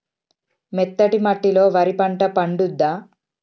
మెత్తటి మట్టిలో వరి పంట పండుద్దా?